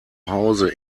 hause